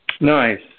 Nice